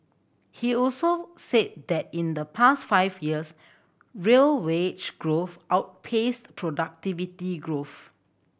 he also said that in the past five years real wage growth outpaced productivity growth